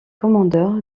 commandeur